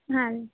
ಹಾಂ ರೀ